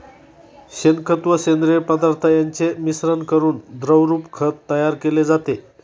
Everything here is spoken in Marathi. शेणखत व सेंद्रिय पदार्थ यांचे मिश्रण करून द्रवरूप खत तयार केले जाते